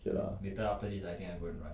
ok lah